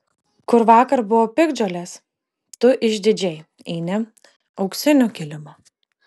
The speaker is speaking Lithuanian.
kur vakar buvo piktžolės tu išdidžiai eini auksiniu kilimu